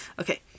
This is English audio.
Okay